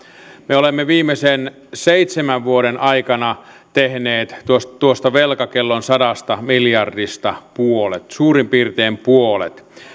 me olemme viimeisen seitsemän vuoden aikana tehneet tuosta tuosta velkakellon sadasta miljardista suurin piirtein puolet